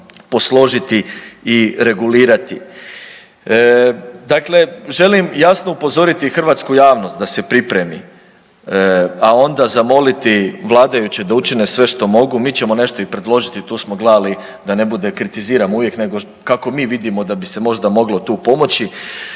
posložiti i regulirati. Dakle, želim jasno upozoriti hrvatsku javnost da se pripremi, a onda zamoliti vladajuće da učine sve što mogu, mi ćemo nešto i predložiti, tu smo gledali da ne bude, kritiziramo uvijek nego kako mi vidimo da bi se možda moglo tu pomoći.